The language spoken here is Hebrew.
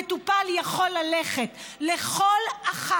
המטופל יכול ללכת לכל אחד